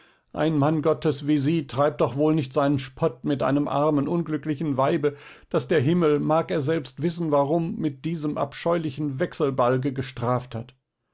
ein mann gottes wie sie treibt doch wohl nicht seinen spott mit einem armen unglücklichen weibe das der himmel mag er selbst wissen warum mit diesem abscheulichen wechselbalge gestraft hat